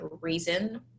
reason